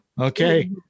Okay